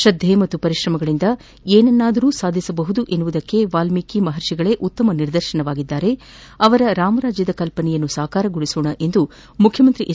ತ್ತದ್ಧೆ ಪಾಗೂ ಪರಿಶ್ರಮಗಳಿಂದ ಏನನ್ನಾದರೂ ಸಾಧಿಸಬಹುದು ಎಂಬುದಕ್ಕೆ ವಾಲ್ಮೀಕಿ ಮಪರ್ಷಿಗಳೇ ಉತ್ತಮ ನಿದರ್ಶನವಾಗಿದ್ದಾರೆ ಅವರ ರಾಮರಾಜ್ಯದ ಕಲ್ಪನೆಯನ್ನು ಸಾಕಾರಗೊಳಿಸೋಣ ಎಂದು ಮುಖ್ಯಮಂತ್ರಿ ಎಚ್